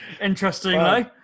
interestingly